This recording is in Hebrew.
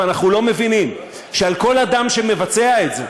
ואנחנו לא מבינים שעל כל אדם שמבצע את זה